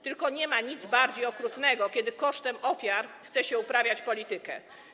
Tylko nie ma nic bardziej okrutnego, kiedy kosztem ofiar chce się uprawiać politykę.